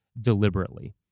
deliberately